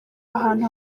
ahantu